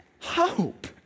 hope